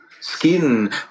skin